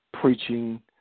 preaching